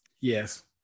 Yes